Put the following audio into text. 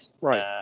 right